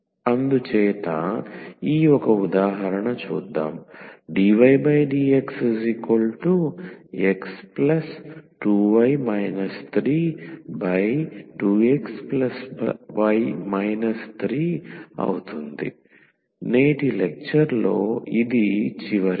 అందుచేత ఈ ఒక ఉదాహరణ చేద్దాం dydxx2y 32xy 3 నేటి లెక్చర్ లో ఇది చివరిది